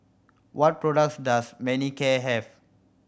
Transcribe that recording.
what products does Manicare have